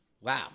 Wow